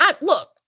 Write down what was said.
look